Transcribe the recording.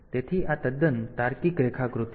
તેથી આ તદ્દન તાર્કિક રેખાકૃતિ છે